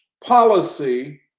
policy